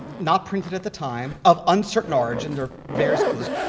not printed at the time. of uncertain origin. there are various clues.